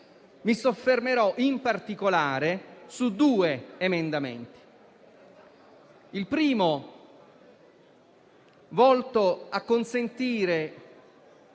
Mi soffermerò, in particolare, su due emendamenti. Il primo è volto a consentire